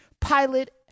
pilot